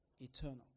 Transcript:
eternal